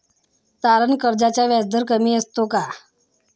तारण कर्जाचा व्याजदर कमी असतो का?